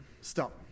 Stop